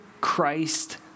Christ